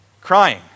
crying